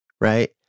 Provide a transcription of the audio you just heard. right